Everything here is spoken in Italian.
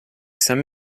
san